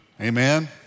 Amen